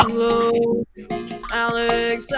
Alex